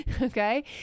Okay